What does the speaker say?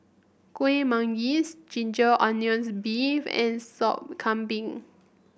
Kueh Manggis Ginger Onions beef and Sop Kambing